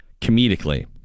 Comedically